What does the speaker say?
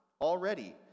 already